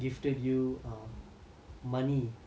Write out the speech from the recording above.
instead of gifts for your birthday